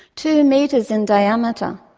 two metres in diameter,